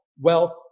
wealth